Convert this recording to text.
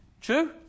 True